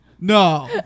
No